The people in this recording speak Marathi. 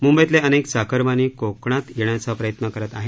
मूंबईतले अनेक चाकरमानी कोकणात येण्याचा प्रयत्न करत आहेत